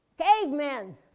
Cavemen